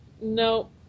No